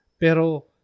Pero